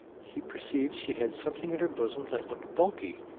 he perceived she had something in her bosom that looked bulky,